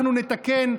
אנחנו נתקן,